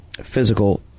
physical